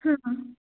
ಹಾಂ